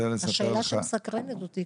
השאלה שמסקרנת אותי,